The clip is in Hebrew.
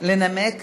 לנמק